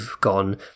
gone